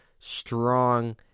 strong